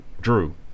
drew